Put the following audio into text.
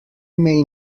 may